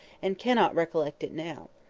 and cannot recollect it now.